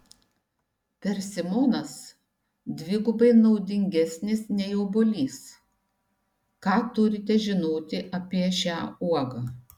persimonas dvigubai naudingesnis nei obuolys ką turite žinoti apie šią uogą